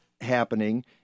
happening